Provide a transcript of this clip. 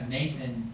Nathan